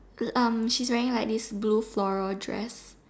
um on she's wearing like this blue floral dress